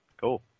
Cool